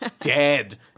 Dead